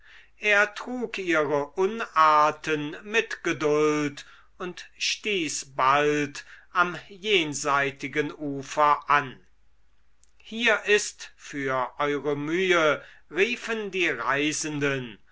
er trug ihre unarten mit geduld und stieß bald am jenseitigen ufer an hier ist für eure mühe riefen die reisenden